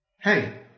Hey